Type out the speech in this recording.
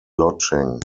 lodging